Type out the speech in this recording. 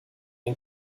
den